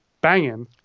banging